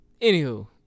anywho